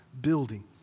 building